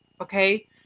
okay